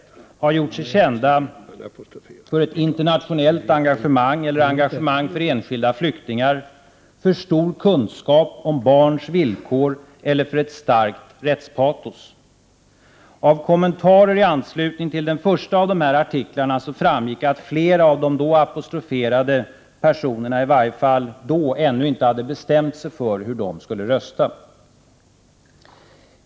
1988/89:125 har gjort sig kända för ett internationellt engagemang eller engagemang för 31 maj 1989 enskilda flyktingar, för stor kunskap om barns villkor eller för ett starkt rättspatos. Av kommentarer i anslutning till den första av de här artiklarna framgick att flera av de då apostroferade personerna ännu inte hade bestämt sig för hur de skulle rösta.